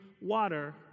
water